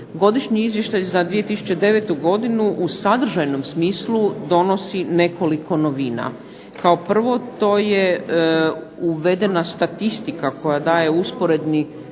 Godišnji izvještaj za 2009. godinu u sadržajnom smislu donosi nekoliko novina. Kao prvo to je uvedena statistika koja daje usporedni